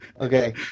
Okay